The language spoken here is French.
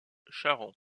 charron